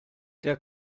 der